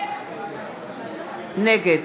נגד